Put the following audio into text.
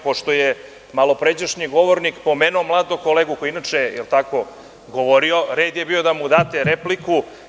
Pošto je malopređašnji govornik pomenuo mladog kolegu koji je inače govorio, red je bio da mu date repliku.